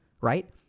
right